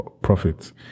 profits